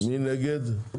מי נגד?